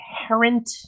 inherent